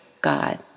god